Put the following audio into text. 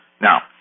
Now